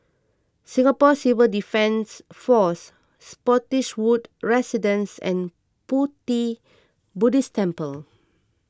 Singapore Civil Defence force Spottiswoode Residences and Pu Ti Buddhist Temple